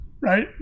right